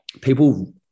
People